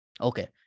Okay